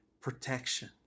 protection